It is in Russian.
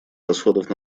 расходов